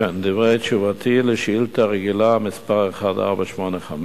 דברי תשובתי על שאילתא רגילה מס' 1485,